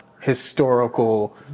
historical